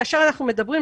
כאשר אנחנו מדברים,